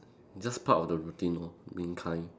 just part of the routine lor being kind